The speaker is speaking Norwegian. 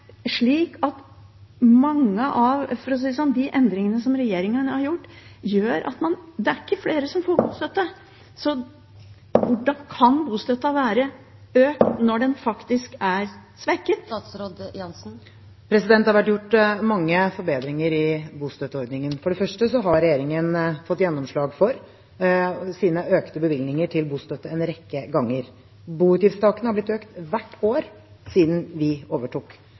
slik: Mange av de endringene som regjeringen har gjort, gjør at det ikke er flere som får bostøtte. Hvordan kan bostøtten være økt – når den faktisk er svekket? Det har vært gjort mange forbedringer i bostøtteordningen. For det første har regjeringen fått gjennomslag for sine økte bevilgninger til bostøtte en rekke ganger. Boutgiftstaket har blitt økt hvert år siden vi overtok.